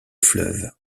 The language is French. fleuve